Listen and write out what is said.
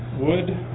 Wood